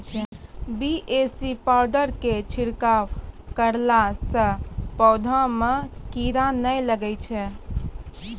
BAC powder के छिड़काव करला से पौधा मे कीड़ा नैय लागै छै?